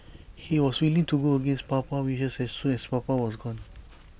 he was willing to go against Papa's wishes as soon as papa was gone